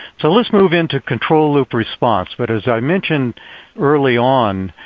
so let's move into control loop response. but as i mentioned early on,